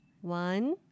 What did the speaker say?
One